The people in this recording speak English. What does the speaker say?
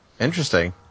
Interesting